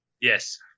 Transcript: Yes